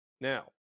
Now